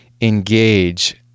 engage